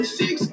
six